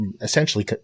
essentially